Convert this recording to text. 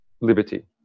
liberty